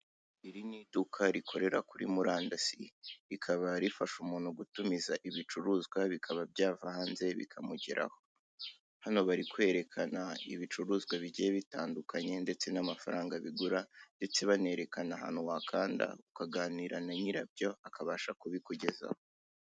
Iri ni iduka rikorera kuri Murandasi, rikaba rifasha umuntu gutumiza ibicuruzwa bikaba byava hanze bikamugeraho, hano bari kwerekana ibicuruzwa bigiye bitandukanye ndetse n'amafaranga bigura, ndetse banerekana ahantu wakanda ukaganira na nyirabyo akabasha kubikugezaho.